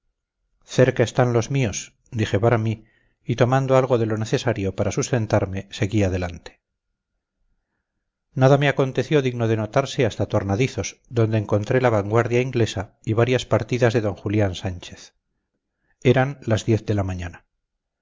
cerca están los míos dije para mí y tomando algo de lo necesario para sustentarme seguí adelante nada me aconteció digno de notarse hasta tornadizos donde encontré la vanguardia inglesa y varias partidas de d julián sánchez eran las diez de la mañana